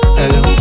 hello